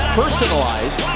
personalized